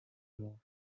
more